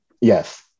yes